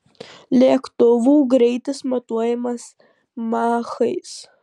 lėktuvų greitis matuojamas machais